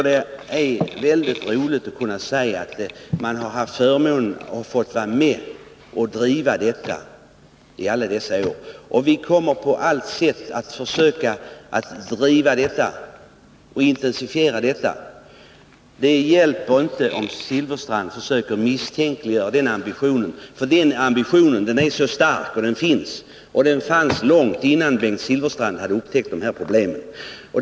Det är mycket roligt att ha haft förmånen att vara med och driva den i alla dessa år. Och vi kommer att på allt sätt försöka intensifiera arbetet. Det hjälper inte om Bengt Silfverstrand försöker misstänkliggöra den ambitionen, för den är stark — och den fanns långt innan Bengt Silfverstrand upptäckte de här problemen.